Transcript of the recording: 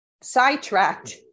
sidetracked